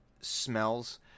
smells